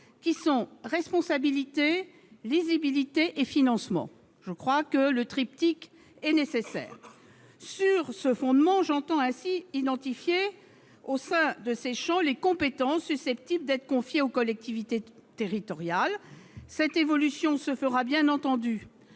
clairs : responsabilité, lisibilité et financement. C'est à mon sens le triptyque nécessaire. Sur ce fondement, j'entends identifier au sein de ces champs les compétences susceptibles d'être confiées aux collectivités territoriales. Cette évolution se fera, bien entendu,